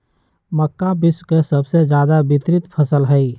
मक्का विश्व के सबसे ज्यादा वितरित फसल हई